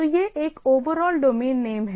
तो यह एक ओवरऑल डोमेन नेम है